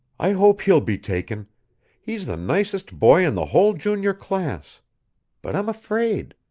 i hope he'll be taken he's the nicest boy in the whole junior class but i'm afraid.